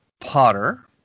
Potter